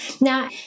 now